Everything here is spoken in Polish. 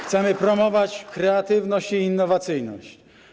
Chcemy promować kreatywność i innowacyjność.